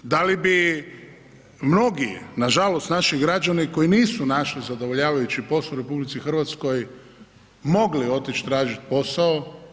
Da li bi mnogi nažalost naši građani koji nisu našli zadovoljavajući posao u RH mogli otići tražiti posao?